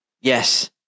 yes